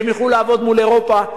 הם יוכלו לעבוד מול אירופה,